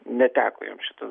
neteko jam šito